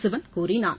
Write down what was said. சிவன் கூறினார்